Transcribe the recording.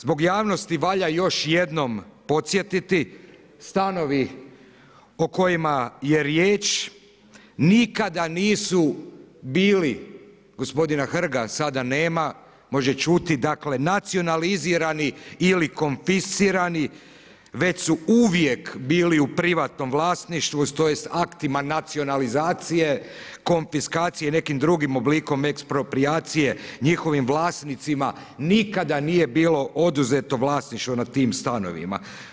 Zbog javnosti valja još jednom podsjetiti, stanovi o kojima je riječ nikada nisu bili, gospodina Hrga sada nema može čuti, dakle nacionalizirani ili konfiscirani već su uvijek bili u privatnom vlasništvu tj. aktima nacionalizacije, konfiskacije i nekim drugim oblikom eksproprijacije njihovom vlasnicima nikada nije bilo oduzeto vlasništvo nad tim stanovima.